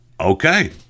Okay